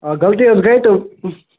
آ غلطی حظ گٔے تہٕ ہٕنٛہ